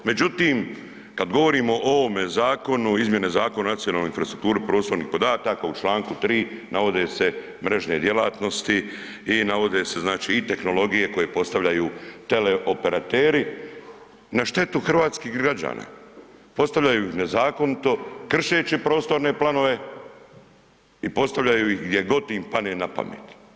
Međutim, kada govorimo o ovim izmjenama Zakona o nacionalnoj infrastrukturi prostornih podataka u čl. 3.navode se mrežne djelatnosti i navode se i tehnologije koje postavljaju teleoperateri na štetu hrvatskih građana, postavljaju nezakonito kršeći prostorne planove i postavljaju ih gdje god im padne na pamet.